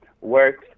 works